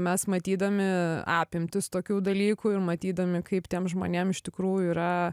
mes matydami apimtis tokių dalykų ir matydami kaip tiem žmonėm iš tikrųjų yra